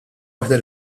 waħda